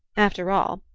after all,